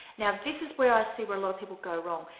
now this is where i see where a lot of people go wrong.